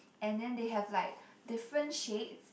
and then they have like different shades